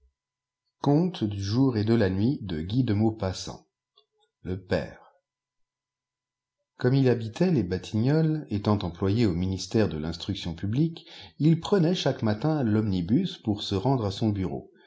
comme il habitait les batignolles étant employé au ministère de l'instruction publique il prenait chaque matin l'omnibus pour se rendre à son bureau